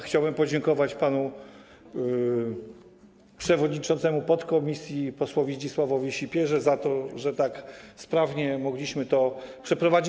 Chciałbym podziękować panu przewodniczącemu podkomisji posłowi Zdzisławowi Sipierze za to, że tak sprawnie mogliśmy to przeprowadzić.